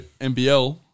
NBL